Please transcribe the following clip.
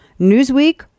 newsweek